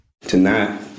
Tonight